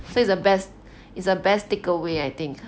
so it's best it's the best takeaway I think